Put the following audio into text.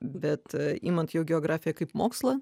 bet imant jau geografiją kaip mokslą